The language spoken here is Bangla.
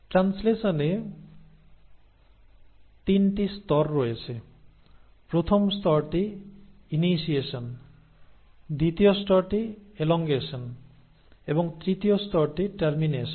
ট্রান্সলেশনে 3 টি স্তর রয়েছে প্রথম স্তরটি ইনিশিয়েশন দ্বিতীয় স্তরটি এলংগেশন এবং তৃতীয় স্তরটি টারমিনেশন